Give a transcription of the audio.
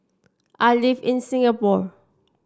I live in Singapore